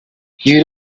you